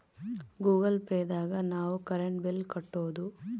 Google Pay ದಾಗ ನಾವ್ current bill ಕಟ್ಟೋದು